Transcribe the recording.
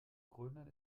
grönland